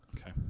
okay